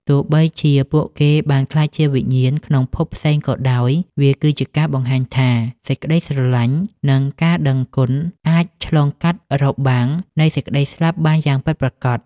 ទោះបីជាពួកគេបានក្លាយជាវិញ្ញាណក្នុងភពផ្សេងក៏ដោយ វាគឺជាការបង្ហាញថា សេចក្ដីស្រឡាញ់ និងការដឹងគុណអាចឆ្លងកាត់របាំងនៃសេចក្ដីស្លាប់បានយ៉ាងពិតប្រាកដ។